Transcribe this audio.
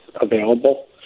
available